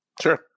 sure